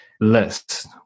list